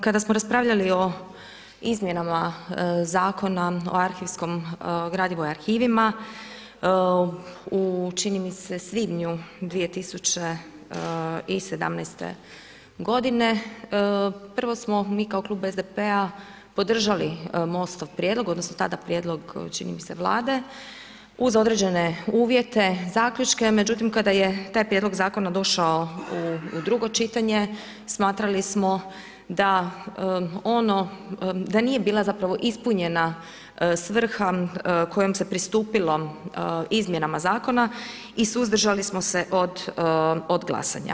Kada smo raspravljali o izmjenama Zakona o arhivskom gradivu i arhivima u čini mi se svibnju 2017. godine prvo smo mi kao klub SDP-a podržali Most-ov prijedlog odnosno tada prijedlog čini mi se vlade uz određene uvjete, zaključke, međutim kada je taj prijedlog zakona došao u drugo čitanje smatrali smo da nije bila ispunjena svrha kojem se pristupilo izmjenama zakona i suzdržali smo se od glasanja.